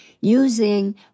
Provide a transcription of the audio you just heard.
using